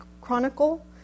chronicle